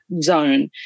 zone